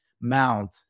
Mount